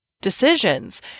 decisions